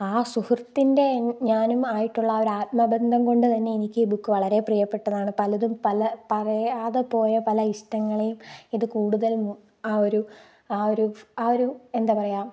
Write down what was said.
ആ സുഹൃത്തിൻറ്റെ ഞാനുമായിട്ടുള്ള ഒരു ആത്മബന്ധം കൊണ്ടു തന്നെ എനിക്ക് ബുക്ക് വളരെ പ്രിയപ്പെട്ടതാണ് പലതും പല പറയാതെ പോയ പല ഇഷ്ടങ്ങളെയും ഇത് കൂടുതൽ ആ ഒരു ആ ഒരു ആ ഒരു എന്താ പറയുക